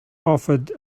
offered